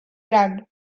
gran